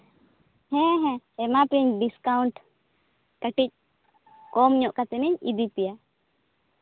ᱦᱮᱸᱦᱮᱸ ᱮᱢᱟ ᱯᱤᱭᱟᱹᱧ ᱰᱤᱥᱠᱟᱣᱩᱱᱴ ᱠᱟᱹᱴᱤᱡ ᱠᱚᱢ ᱧᱚᱜ ᱠᱟᱛᱮᱫ ᱤᱧ ᱤᱫᱤ ᱯᱮᱭᱟ